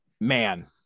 man